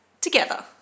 together